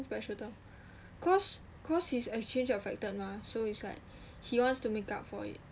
special term cause cause his exchange affected mah so it's like he wants to make up for it